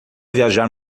viajar